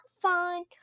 fine